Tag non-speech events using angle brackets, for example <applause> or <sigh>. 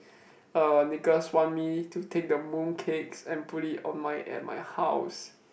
<breath> er Nicholas want me to take the mooncakes and put it on my at my house